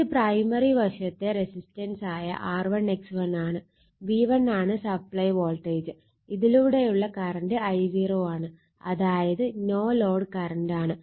ഇത് പ്രൈമറി വശത്തെ റെസിസ്റ്റൻസായ R1 X1 ആണ് V1 ആണ് സപ്ലൈ വോൾട്ടേജ് ഇതിലൂടെയുള്ള കറണ്ട് I0 ആണ് അതായത് നോ ലോഡ് കറണ്ട് ആണ്